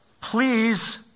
Please